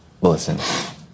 Listen